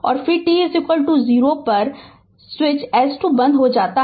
और फिर t 0 पर कि स्विच S 2 बंद हो जाता है